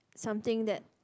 something that